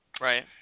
right